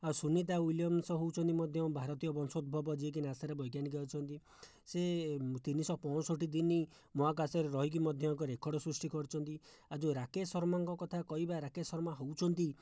ଆଉ ସୁନୀତା ୱିଲିୟମ୍ସ ହେଉଛନ୍ତି ମଧ୍ୟ ଭାରତୀୟ ବଂଶୋଦ୍ଭବ ଯିଏକି ନାସାରେ ବୈଜ୍ଞାନିକ ଅଛନ୍ତି ସିଏ ତିନିଶହ ପଞ୍ଚଷଠି ଦିନ ମହାକାଶରେ ରହିକି ମଧ୍ୟ ଏକ ରେକର୍ଡ଼ ସୃଷ୍ଟି କରିଛନ୍ତି ଆଉ ଯେଉଁ ରାକେଶ ଶର୍ମାଙ୍କ କଥା କହିବା ରାକେଶ ଶର୍ମା ହେଉଛନ୍ତି